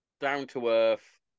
down-to-earth